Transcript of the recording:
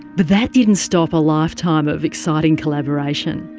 but that didn't stop a lifetime of exciting collaboration.